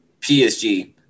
PSG